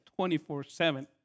24-7